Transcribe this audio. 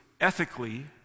ethically